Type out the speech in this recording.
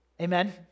Amen